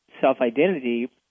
self-identity